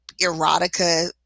erotica